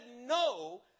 no